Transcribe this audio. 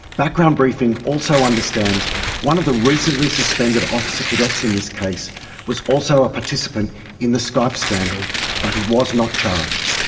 background briefing also understands one of the recently suspended officer cadets in this case was also a participant in the skype scandal but he was not charged.